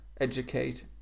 educate